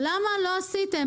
למה לא עשיתם?